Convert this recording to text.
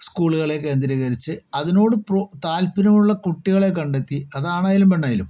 സ്കൂളുകളെ കേന്ദ്രീകരിച്ച് അതിനോട് പ്രൊ താല്പര്യമുള്ള കുട്ടികളെ കണ്ടെത്തി അത് ആണായാലും പെണ്ണായാലും